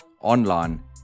online